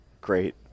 great